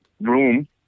room